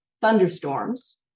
thunderstorms